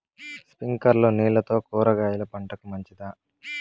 స్ప్రింక్లర్లు నీళ్లతో కూరగాయల పంటకు మంచిదా?